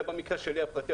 זה המקרה הפרטי שלי,